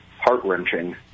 heart-wrenching